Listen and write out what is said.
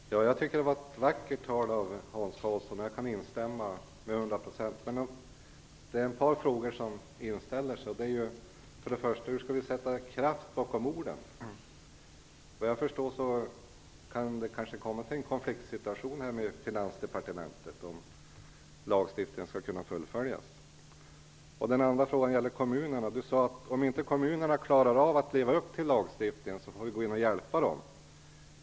Herr talman! Jag tycker att det var ett vackert tal av Hans Karlsson, och jag kan instämma i det till hundra procent. Det är dock ett par frågor som inställer sig. För det första: Hur skall vi sätta kraft bakom orden? Såvitt jag förstår kan det bli en konfliktsituation i förhållande till Finansdepartementet om lagstiftningen skall kunna fullföljas. För det andra gäller det kommunerna. Hans Karlsson sade att om kommunerna inte klarar av att leva upp till lagstiftningen får vi hjälpa dem.